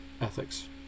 ethics